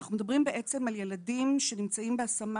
אנחנו מדברים בעצם על ילדים שנמצאים בהשמה